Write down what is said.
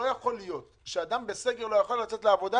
לא יכול להיות שאדם בסגר לא יכול לצאת לעבודה.